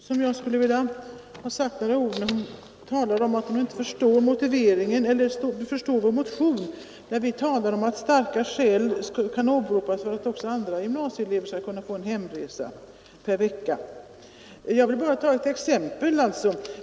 Herr talman! Fru Berglund talar om att hon inte förstår vår motion där vi framför starka skäl för att också gymnasieelever utanför stödområdet skall kunna få en hemresa per vecka. Jag tar ett exempel.